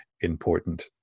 important